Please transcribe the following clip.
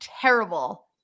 terrible